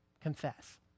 confess